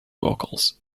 vocals